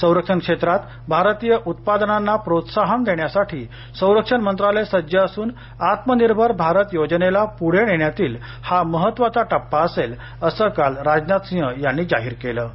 संरक्षण क्षेत्रात भारतीय उत्पादनांना प्रोत्साहन देण्यासाठी संरक्षण मंत्रालय सज्ज असून आत्मनिर्भर भारत योजनेला पुढे नेण्यातील हा महत्त्वाचा टप्पा असेल असं काल राजनाथ सिंह यांनी जाहीर केलं होतं